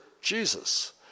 Jesus